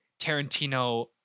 tarantino